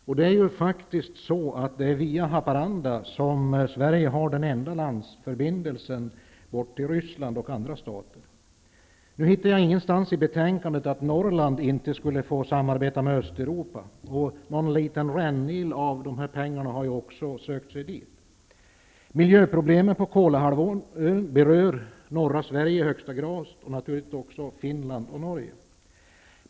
Sverige har faktiskt den enda landförbindelsen med Ryssland och andra stater via Haparanda. Nu hittar jag ingenstans i betänkandet att Norrland inte skulle få samarbeta med Östeuropa, och någon liten rännil av pengarna har också sökt sig dit. Miljöproblemen på Kolahalvön berör norra Sverige i högsta grad och naturligtvis också Finland och Norge.